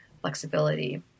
flexibility